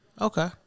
Okay